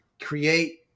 create